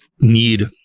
need